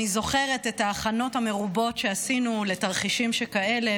אני זוכרת את ההכנות המרובות שעשינו לתרחישים שכאלה,